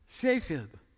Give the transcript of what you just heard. Jacob